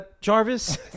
Jarvis